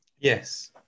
Yes